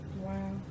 Wow